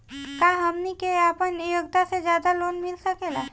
का हमनी के आपन योग्यता से ज्यादा लोन मिल सकेला?